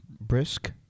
Brisk